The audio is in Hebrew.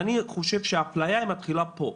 אני חושב שהאפליה מתחילה פה.